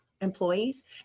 employees